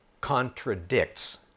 contradicts